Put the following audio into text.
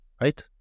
right